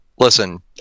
Listen